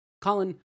Colin